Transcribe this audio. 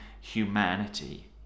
humanity